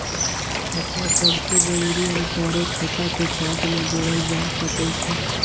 खता सभके जरुरी अनुसारे खता के चार्ट में जोड़ल जा सकइ छै